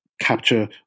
capture